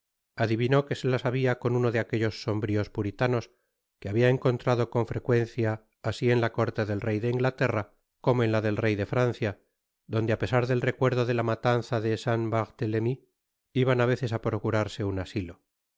adivinó que se las habia con uno de aquellos sombrios puritanos que habia encontrado con frecuencia asi en la corte del rey de inglaterra como en la del rey de francia donde á pesar del recuerdo de la matanza de saint barthele my iban á veces á procurarse un asilo